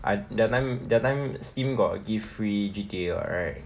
I the other time the other time steam got give free G_T_A [what] right